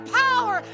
power